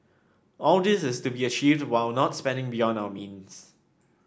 all this is to be achieved while not spending beyond our means